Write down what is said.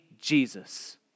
Jesus